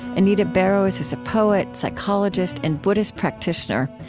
anita barrows is a poet, psychologist, and buddhist practitioner.